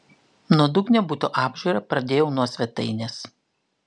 nuodugnią buto apžiūrą pradėjau nuo svetainės